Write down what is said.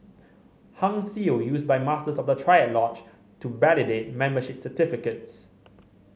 Hung Seal used by Masters of the triad lodge to validate membership certificates